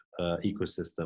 ecosystem